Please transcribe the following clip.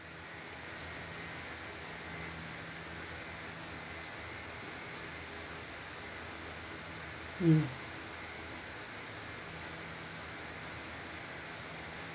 mm